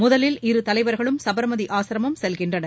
முதலில் இரு தலைவர்களும் சபர்மதி ஆசிரமம் செல்கின்றனர்